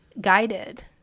guided